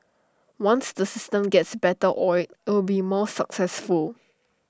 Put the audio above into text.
once the system gets better oiled IT will be more successful